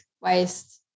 waste